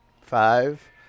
Five